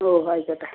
ഓഹ് ആയിക്കോട്ടെ